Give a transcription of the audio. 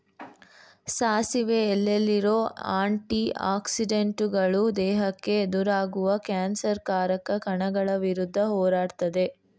ಸಾಸಿವೆ ಎಲೆಲಿರೋ ಆಂಟಿ ಆಕ್ಸಿಡೆಂಟುಗಳು ದೇಹಕ್ಕೆ ಎದುರಾಗುವ ಕ್ಯಾನ್ಸರ್ ಕಾರಕ ಕಣಗಳ ವಿರುದ್ಧ ಹೋರಾಡ್ತದೆ